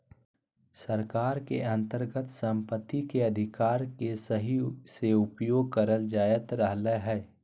सरकार के अन्तर्गत सम्पत्ति के अधिकार के सही से उपयोग करल जायत रहलय हें